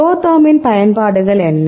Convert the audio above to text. ProTherm இன் பயன்பாடுகள் என்ன